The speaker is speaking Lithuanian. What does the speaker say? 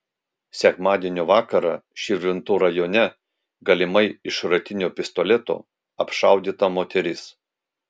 sekmadienio vakarą širvintų rajone galimai iš šratinio pistoleto apšaudyta moteris